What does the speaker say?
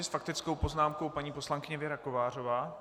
S faktickou poznámkou paní poslankyně Věra Kovářová.